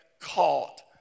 caught